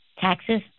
taxes